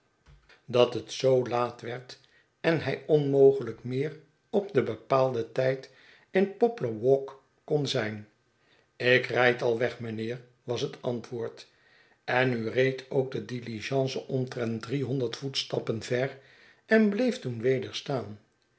dat het zoo laat werd en hij onmogelijk meer op den bepaalden tijd in poplar walk kon zijn ik rijd al weg mijnheer was net antwoord en nu reed ook de diligence omtrent driehonderd voetstappen ver en bleef toen weder staan